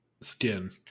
skin